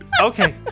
Okay